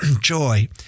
joy